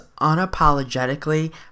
unapologetically